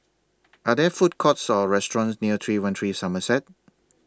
Are There Food Courts Or restaurants near three one three Somerset